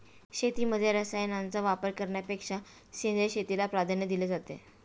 शेतीमध्ये रसायनांचा वापर करण्यापेक्षा सेंद्रिय शेतीला प्राधान्य दिले जाते